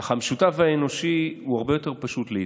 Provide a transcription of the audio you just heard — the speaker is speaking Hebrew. אך המשותף האנושי הוא הרבה יותר פשוט לעיתים: